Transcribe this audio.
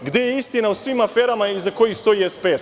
Gde je istina o svim aferama iza kojih stoji SPS?